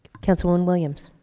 councilwoman williams.